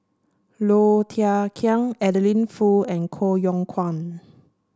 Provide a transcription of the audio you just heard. Low Thia Khiang Adeline Foo and Koh Yong Guan